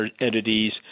entities